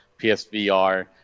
PSVR